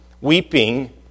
weeping